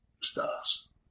stars